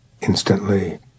instantly